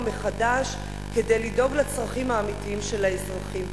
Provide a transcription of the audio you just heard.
מחדש כדי לדאוג לצרכים האמיתיים של האזרחים.